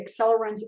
accelerants